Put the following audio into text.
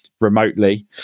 remotely